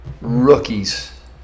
rookies